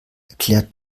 erklärt